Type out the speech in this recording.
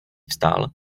vstal